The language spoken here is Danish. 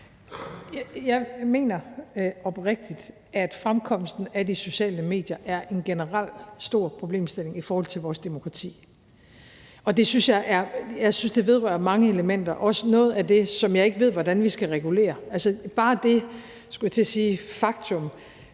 Jeg mener oprigtigt, at fremkomsten af sociale medier er en generel stor problemstilling i forhold til vores demokrati. Og jeg synes, det vedrører mange elementer, også noget af det, som jeg ikke ved hvordan vi skal regulere. Altså, bare det faktum,